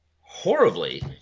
horribly